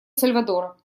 сальвадора